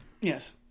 Yes